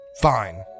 Fine